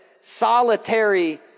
solitary